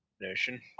notion